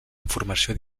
informació